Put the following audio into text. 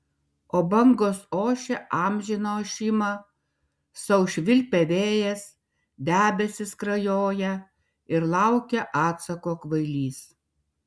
o bangos ošia amžiną ošimą sau švilpia vėjas debesys skrajoja ir laukia atsako kvailys